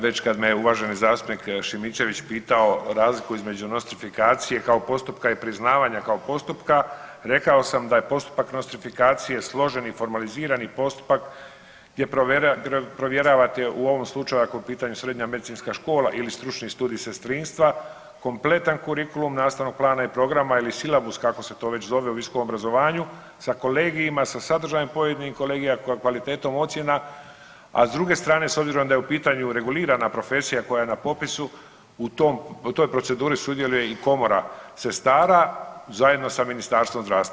Već kad me je uvaženi zastupnik Šimičević pitao razliku između nostrifikacije kao postupka i priznavanja kao postupka rekao sam da je postupak nostrifikacije složen i formalizirani postupak gdje provjeravate, u ovom slučaju ako je u pitanju srednja medicinska škola ili stručni studij sestrinsta, kompletan kurikulum nastavnog plana i programa ili silabus kako se to već zove u visokom obrazovanju sa kolegijima, sa sadržajem pojedinih kolegija i kvalitetom ocjena, a s druge strane s obzirom da je u pitanju regulirana profesija koja je na popisu u tom, u toj proceduri sudjeluje i komora sestara zajedno sa Ministarstvom zdravstva.